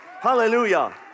Hallelujah